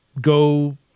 go